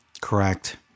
Correct